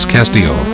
Castillo